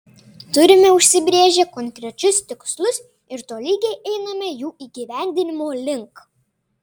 turime užsibrėžę konkrečius tikslus ir tolygiai einame jų įgyvendinimo link